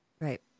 Right